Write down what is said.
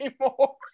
anymore